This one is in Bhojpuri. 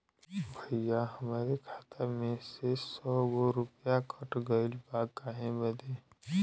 भईया हमरे खाता में से सौ गो रूपया कट गईल बा काहे बदे?